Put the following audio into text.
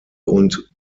und